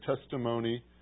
testimony